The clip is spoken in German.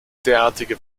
derartige